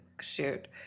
shoot